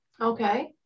Okay